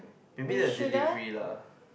maybe the delivery lah